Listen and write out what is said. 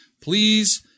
Please